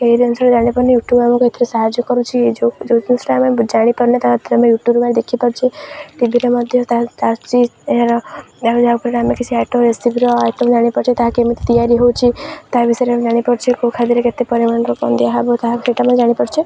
ଏଇ ଜିନିଷ ଜାଣିପାରୁନି ୟୁଟ୍ୟୁବ୍ ଆମକୁ ଏଥିରେ ସାହାଯ୍ୟ କରୁଛ ଯେଉଁ ଯେଉଁ ଜିନିଷଟି ଆମେ ଜାଣିପାରୁନେ ତା ଭିତରେ ଆମେ ୟୁଟ୍ୟୁବ୍ ଓ ଦେଖିପାରୁଛି ଟିଭିରେ ମଧ୍ୟ ଏହାର ଆ ଯାହାଫଳରେ ଆମେ କିଛି ଆଇଟମ୍ ରେସିପିର ଆଇଟମ୍ ଜାଣିପାରୁଛେ ତାହା କେମିତି ତିଆରି ହେଉଛି ତାହା ବିଷୟରେ ଆମେ ଜାଣିପାରୁଛେ କେଉଁ ଖାଦ୍ୟରେ କେତେ ପରିମାଣର କ'ଣ ଦିଆ ହେବ ତାହା ସେଇଟା ଆମେ ଜାଣିପାରୁଛେ